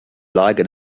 lage